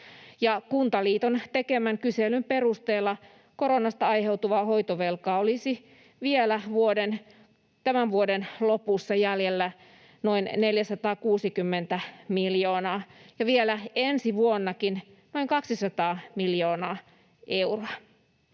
Kuntaliiton tekemän kyselyn perusteella koronasta aiheutuvaa hoitovelkaa olisi vielä tämän vuoden lopussa jäljellä noin 460 miljoonaa ja vielä ensi vuonnakin noin 200 miljoonaa euroa.